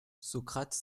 socrate